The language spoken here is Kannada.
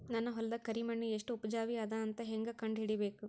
ನನ್ನ ಹೊಲದ ಕರಿ ಮಣ್ಣು ಎಷ್ಟು ಉಪಜಾವಿ ಅದ ಅಂತ ಹೇಂಗ ಕಂಡ ಹಿಡಿಬೇಕು?